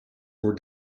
were